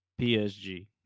psg